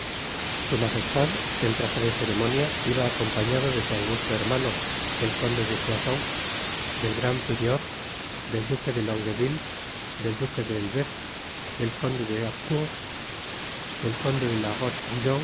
su majestad en traje de ceremonia iba acompañado de su augusto hermano del conde de soissons del gran prior del duque de longueville del duque de elbeuf del conde de harcourt del conde de la